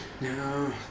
No